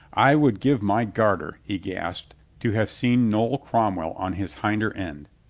i would give my garter, he gasped, to have seen noll cromwell on his hinder end.